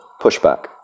Pushback